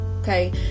okay